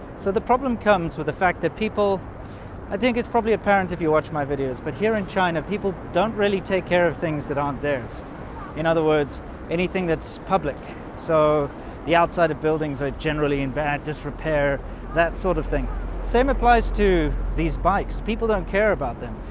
so the problem comes with the fact that people i think it's probably if you watch my videos but here in china people don't really take care of things that aren't there in other words anything. that's public so the outside of buildings are generally in bad disrepair that sort of thing same applies to these bikes people don't care about them.